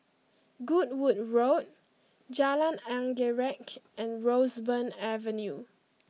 Goodwood Road Jalan Anggerek and Roseburn Avenue